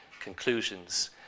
conclusions